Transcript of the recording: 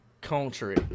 country